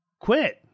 quit